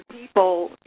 people